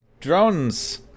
drones